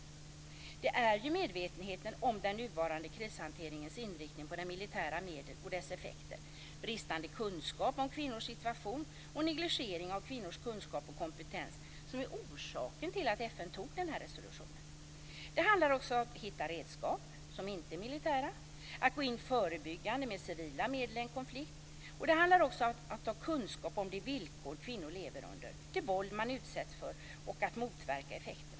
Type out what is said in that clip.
Orsaken till att FN antog resolutionen är ju medvetenheten om den nuvarande krishanteringens inriktning på militära medel och dess effekter, bristande kunskap om kvinnors situation och negligering av kvinnors kunskap och kompetens. Det handlar också om att hitta redskap som inte är militära, att gå in förebyggande med civila medel i en konflikt. Det handlar också om att ha kunskap om de villkor som kvinnor lever under, det våld de utsätts för och att motverka dess effekter.